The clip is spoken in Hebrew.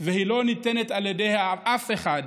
והיא לא ניתנת על ידי אף אחד.